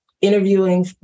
interviewing